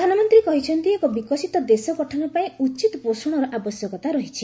ପ୍ରଧାନମନ୍ତ୍ରୀ କହିଛନ୍ତି ଏକ ବିକଶିତ ଦେଶ ଗଠନ ପାଇଁ ଉଚିତ୍ ପୋଷଣର ଆବଶ୍ୟକତା ରହିଛି